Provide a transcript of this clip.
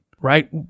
Right